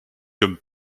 comme